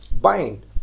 bind